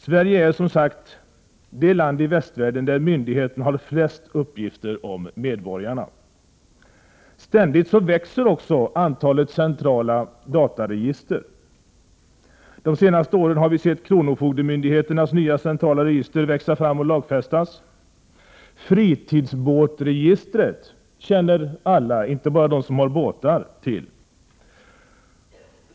Sverige är som sagt det land i västvärlden där myndigheterna har flest uppgifter om medborgarna. Ständigt växer antalet centrala dataregister. De senaste åren har vi sett kronofogdemyndigheternas nya centrala register växa fram och lagfästas. Fritidsbåtsregistret känner alla till, inte bara de som har båtar.